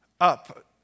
up